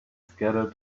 scattered